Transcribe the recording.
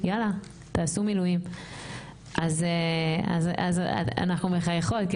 יאללה תעשו מילואים אז אנחנו מחייכות,